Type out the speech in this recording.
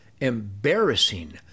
embarrassing